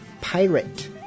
Pirate